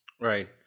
Right